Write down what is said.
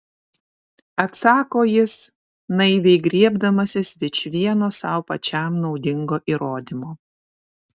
atsako jis naiviai griebdamasis vičvieno sau pačiam naudingo įrodymo